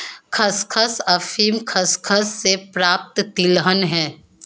खसखस अफीम खसखस से प्राप्त तिलहन है